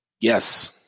Yes